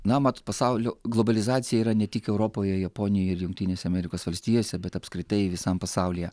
na mat pasaulio globalizacija yra ne tik europoje japonijoj ir jungtinėse amerikos valstijose bet apskritai visam pasaulyje